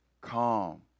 Calm